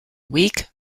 week